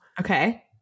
Okay